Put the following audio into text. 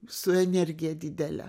su energija didele